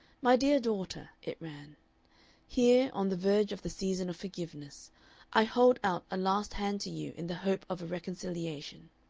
my dear daughter, it ran here, on the verge of the season of forgiveness i hold out a last hand to you in the hope of a reconciliation.